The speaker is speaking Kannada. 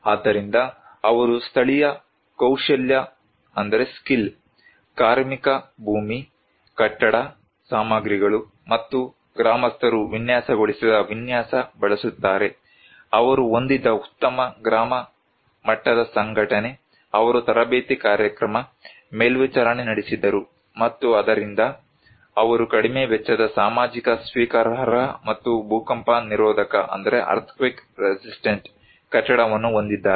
ಆದ್ದರಿಂದ ಅವರು ಸ್ಥಳೀಯ ಕೌಶಲ್ಯ ಕಾರ್ಮಿಕ ಭೂಮಿ ಕಟ್ಟಡ ಸಾಮಗ್ರಿಗಳು ಮತ್ತು ಗ್ರಾಮಸ್ಥರು ವಿನ್ಯಾಸಗೊಳಿಸಿದ ವಿನ್ಯಾಸ ಬಳಸುತ್ತಾರೆ ಅವರು ಹೊಂದಿದ್ದ ಉತ್ತಮ ಗ್ರಾಮ ಮಟ್ಟದ ಸಂಘಟನೆ ಅವರು ತರಬೇತಿ ಕಾರ್ಯಕ್ರಮ ಮೇಲ್ವಿಚಾರಣೆ ನಡೆಸಿದರು ಮತ್ತು ಆದ್ದರಿಂದ ಅವರು ಕಡಿಮೆ ವೆಚ್ಚದ ಸಾಮಾಜಿಕವಾಗಿ ಸ್ವೀಕಾರಾರ್ಹ ಮತ್ತು ಭೂಕಂಪ ನಿರೋಧಕ ಕಟ್ಟಡವನ್ನು ಹೊಂದಿದ್ದಾರೆ